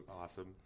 awesome